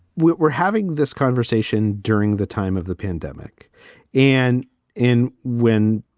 we're we're having this conversation during the time of the pandemic and in when,